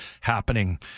happening